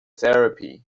therapy